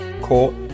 court